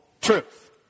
truth